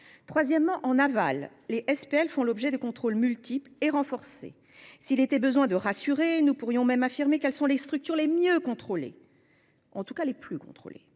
Troisièmement, en aval, les SPL font l'objet de contrôles multiples et renforcés. S'il était besoin de rassurer, nous pourrions même affirmer qu'elles sont les structures les plus contrôlées ! Elles le sont par les